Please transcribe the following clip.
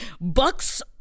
bucks